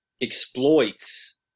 exploits